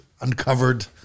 uncovered